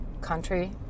country